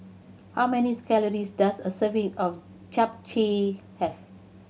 how many calories does a serving of Japchae have